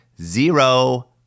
Zero